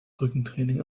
rückentraining